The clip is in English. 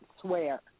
swear